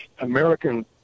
American